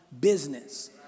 business